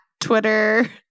Twitter